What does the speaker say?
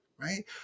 right